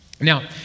Now